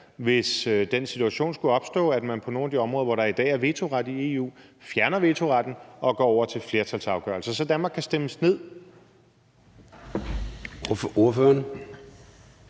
hvis den situation skulle opstå, at man på nogle af de områder, hvor der i dag af vetoret i EU, fjerner vetoretten og går over til flertalsafgørelser, så Danmark kan stemmes ned.